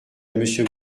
monsieur